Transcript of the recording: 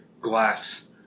glass